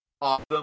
Awesome